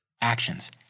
Actions